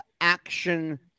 action